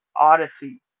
Odyssey